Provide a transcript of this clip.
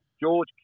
George